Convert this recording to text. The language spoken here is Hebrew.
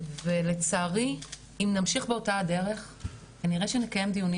ולצערי אם נמשיך באותה הדרך כנראה שנקיים דיונים